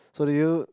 so do you